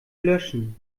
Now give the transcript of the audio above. löschen